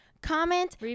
Comment